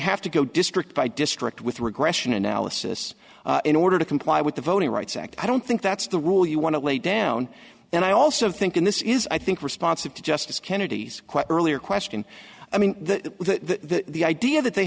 have to go district by district with regression analysis in order to comply with the voting rights act i don't think that's the rule you want to lay down and i also think and this is i think responsive to justice kennedy's earlier question i mean the the idea that they